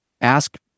ask